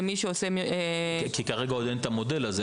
למי שעושה -- כי כרגע עדיין אין המודל הזה.